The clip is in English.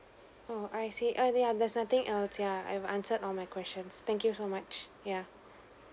oh I see err yeah there's nothing else yeah you've answered all my questions thank you so much yeah